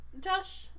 Josh